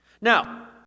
Now